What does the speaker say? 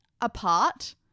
apart